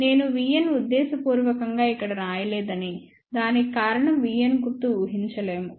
నేను vn ఉద్దేశపూర్వకంగా ఇక్కడ వ్రాయలేదని దానికి కారణం vn గుర్తు ఊహించలేము